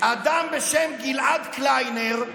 אדם בשם גלעד קליינר,